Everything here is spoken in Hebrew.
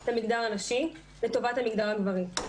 של המגדר הנשי לטובת המגדר הגברי.